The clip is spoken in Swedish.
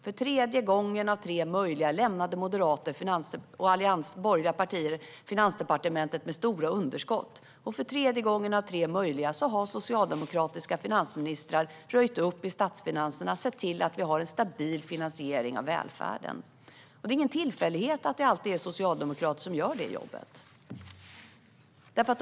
För tredje gången av tre möjliga lämnade moderater och andra borgerliga partier Finansdepartementet med stora underskott, och för tredje gången av tre möjliga har socialdemokratiska finansministrar röjt upp i statsfinanserna och sett till att vi har en stabil finansiering av välfärden. Det är ingen tillfällighet att det alltid är socialdemokrater som gör det jobbet.